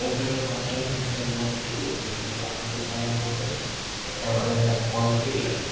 ഫണ്ടുകൾ മാത്രമേ നമുക്കിങ്ങനെ പോകാൻ പറ്റുകയുള്ളു ഇതു വരെ ഇങ്ങനെ കാണാത്തൊരു സാധനമായതു കൊണ്ട് ഇങ്ങനെ പോകാൻ പറ്റിയിട്ടില്ല